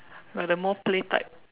we are the more play type